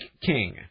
King